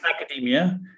academia